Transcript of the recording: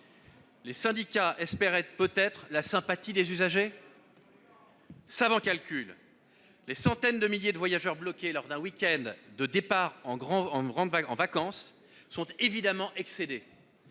Les syndicats espéraient peut-être la sympathie des usagers ? Savant calcul ! Les centaines de milliers de voyageurs bloqués lors d'un week-end de départs en vacances sont évidemment excédés.